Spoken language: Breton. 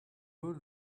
holl